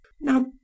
Now